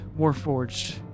Warforged